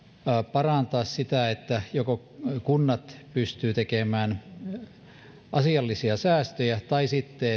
parantaa sitä että joko kunnat pystyvät tekemään asiallisia säästöjä tai sitten